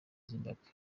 zimbabwe